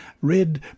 read